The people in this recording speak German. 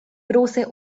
große